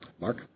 Mark